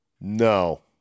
No